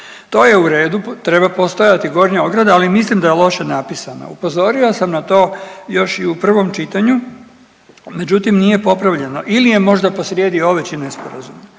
To je u redu treba postojati gornja ograda, ali mislim da je loše napisana. Upozorio sam na to još i u prvom čitanju, međutim nije popravljeno ili je možda posrijedi oveći nesporazum.